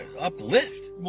uplift